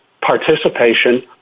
participation